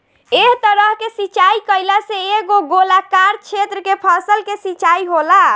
एह तरह के सिचाई कईला से एगो गोलाकार क्षेत्र के फसल के सिंचाई होला